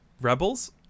Rebels